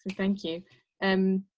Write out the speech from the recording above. thank you ann.